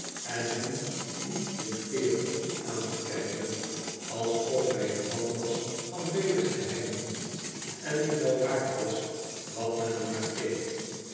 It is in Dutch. en hem die dicteerde aan te kijken alsof hij een man was van vele geheimen en die wel waard was dat men er naar keek